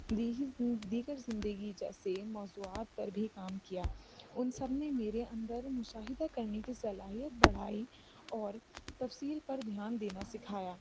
دی دیگر زندگی جیسے موضوعات پر بھی کام کیا ان سب نے میرے اندر مشاہدہ کرنے کی صلاحیت بڑھائی اور تفصیل پر دھیان دینا سکھایا